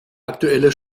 aktuelle